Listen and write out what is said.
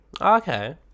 Okay